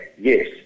yes